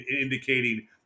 indicating